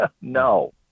no